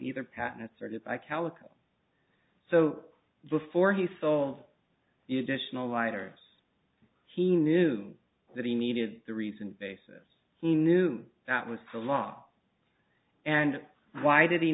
either patents are good by calico so before he sold the additional lighters he knew that he needed the reason basis he knew that was the law and why did he